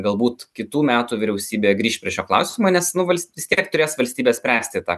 galbūt kitų metų vyriausybė grįš prie šio klausimo nes nu valsti vis tiek turės valstybės spręsti tą